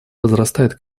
возрастает